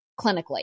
clinically